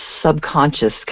subconscious